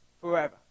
forever